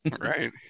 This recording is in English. Right